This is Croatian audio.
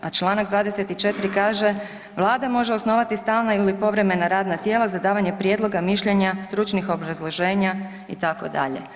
A čl. 24 kaže Vlada može osnovati stalne ili povremena radna tijela za davanje prijedloga, mišljenja, stručnih obrazloženja, itd.